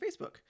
Facebook